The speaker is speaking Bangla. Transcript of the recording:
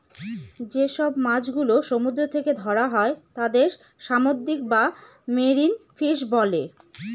যেসব মাছ গুলো সমুদ্র থেকে ধরা হয় তাদের সামুদ্রিক বা মেরিন ফিশ বলে